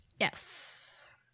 Yes